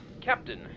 Captain